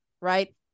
right